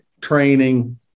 Training